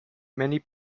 many